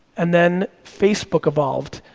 and then facebook evolved.